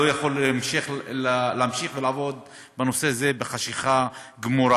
שהוא לא יכול להמשיך לעבוד בנושא הזה בחשכה גמורה.